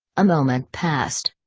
a moment passed.